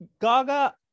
gaga